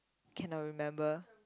cannot remember